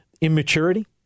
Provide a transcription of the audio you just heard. immaturity